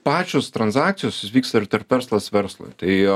pačios transakcijos jos vyksta ir tarp verslas verslui tai o